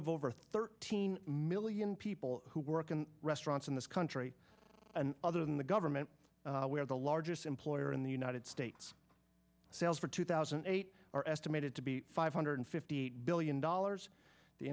of over thirteen million people who work in restaurants in this country and other than the government we are the largest employer in the united states sales for two thousand and eight are estimated to be five hundred fifty eight billion dollars the